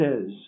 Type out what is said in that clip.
says